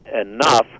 enough